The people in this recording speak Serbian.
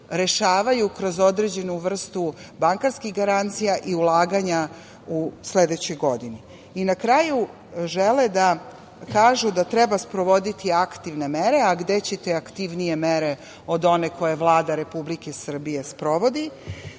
rešavaju kroz određenu vrstu bankarskih garancija i ulaganja u sledećoj godini. Na kraju, žele da kažu da treba sprovoditi aktivne mere, a gde ćete aktivnije mere od one koju Vlada Republike Srbije sprovodi